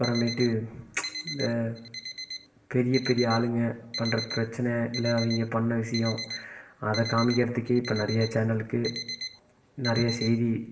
அப்புறமேட்டு இந்த பெரிய பெரிய ஆளுங்க பண்ணுற பிரச்சனை இல்லை அவங்க பண்ணிண விஷயம் அதை காமிக்கிறதுக்கே இப்போ நிறைய சேனலுக்கு நிறைய செய்தி